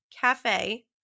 cafe